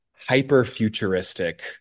hyper-futuristic